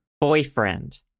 boyfriend